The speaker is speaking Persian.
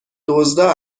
دزدا